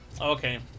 Okay